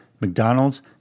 McDonald's